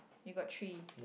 you got three